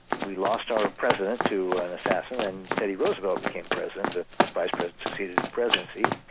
we lost our president to assassin, and teddy roosevelt became president, the vice-president succeeded the presidency.